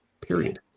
period